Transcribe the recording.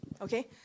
Okay